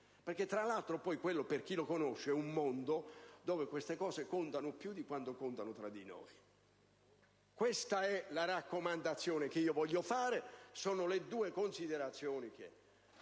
perché, tra l'altro, quello - per chi lo conosce - è un mondo dove queste cose contano più di quanto contano tra di noi. Questa è la raccomandazione che voglio fare che si basa su queste due considerazioni.